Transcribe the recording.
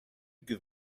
give